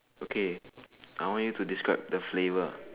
okay I want you to describe the flavour